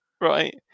Right